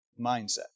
mindset